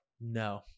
no